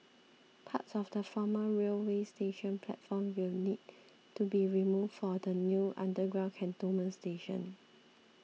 parts of the former railway station platform will need to be removed for the new underground Cantonment station